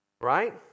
Right